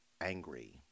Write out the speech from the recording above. angry